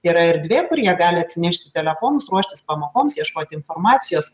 yra erdvė kur jie gali atsinešti telefonus ruoštis pamokoms ieškoti informacijos